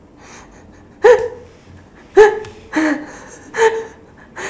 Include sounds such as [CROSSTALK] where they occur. [LAUGHS]